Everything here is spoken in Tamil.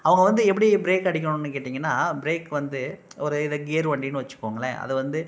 அவங்க வந்து எப்படி ப்ரேக் அடிக்கணும்னு கேட்டீங்கன்னால் ப்ரேக் வந்து ஒரு இதே கியர் வண்டின்னு வைச்சுக்கோங்களேன் அது வந்து